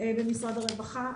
במשרד הרווחה,